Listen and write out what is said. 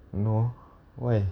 no why